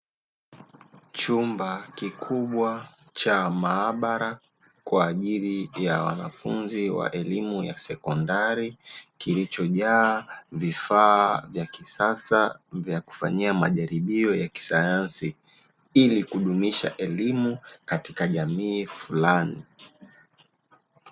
Chumba kikubwa cha maabara kwa ajili ya wanafunzi wa elimu ya sekondari, kilichojaa vifaa vya kisasa vya kufanyia majaribio ya kisayansi ili kudumisha elimu katika jamii fulani.